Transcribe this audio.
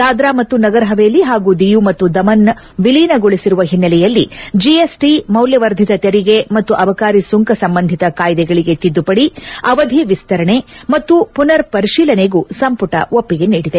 ದಾದ್ರಾ ಮತ್ತು ನಗರ್ಹವೇಲಿ ಹಾಗೂ ದಿಯು ಮತ್ತು ದಮನ್ನ ವಿಲೀನಗೊಳಿಸಿರುವ ಹಿನ್ನೆಲೆಯಲ್ಲಿ ಜಿಎಸ್ಟಿ ಮೌಲ್ಯವರ್ಧಿತ ತೆರಿಗೆ ಮತ್ತು ಅಬಕಾರಿ ಸುಂಕ ಸಂಬಂಧಿತ ಕಾಯ್ಸೆಗಳಿಗೆ ತಿದ್ದುಪಡಿ ಅವಧಿ ವಿಸ್ತರಣೆ ಮತ್ತು ಪುನರ್ ಪರಿಶೀಲನೆಗೂ ಸಂಪುಟ ಒಪ್ಸಿಗೆ ನೀಡಿದೆ